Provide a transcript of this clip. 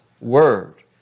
word